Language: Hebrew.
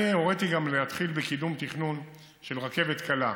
אני הוריתי להתחיל גם בקידום תכנון של רכבת קלה,